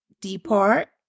depart